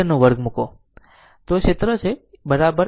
તો આ ક્ષેત્ર એ છે બરાબર l ગુણ્યા b ની બરાબર છે